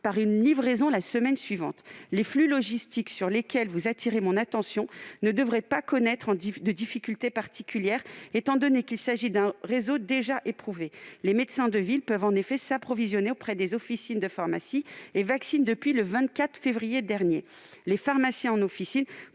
par une livraison la semaine suivante. Madame la sénatrice, les flux logistiques sur lesquels vous attirez mon attention ne devraient pas connaître de difficultés particulières, étant donné qu'il s'agit d'un réseau déjà éprouvé. Les médecins de ville peuvent, en effet, s'approvisionner auprès des officines de pharmacie et vaccinent depuis le 24 février dernier. De même, les pharmaciens en officine